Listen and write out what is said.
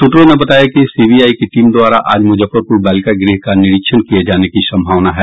सूत्रों ने बताया कि सीबीआई की टीम द्वारा आज मुजफ्फरपुर बालिका गृह का निरीक्षण किये जाने की संभावना है